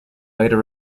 later